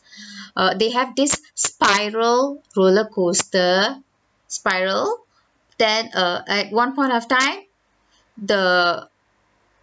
err they have this spiral rollercoaster spiral then err at one point of time the